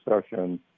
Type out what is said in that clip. session